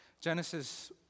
Genesis